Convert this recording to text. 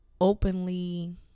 openly